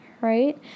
right